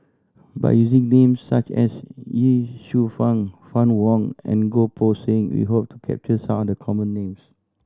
by using names such as Ye Shufang Fann Wong and Goh Poh Seng we hope to capture some of the common names